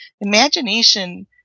imagination